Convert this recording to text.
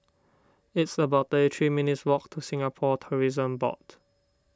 it's about thirty three minutes' walk to Singapore Tourism Board